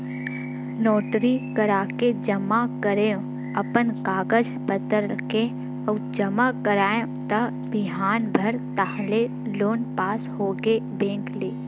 notary कराके जमा करेंव अपन कागज पतर के अउ जमा कराएव त बिहान भर ताहले लोन पास होगे बेंक ले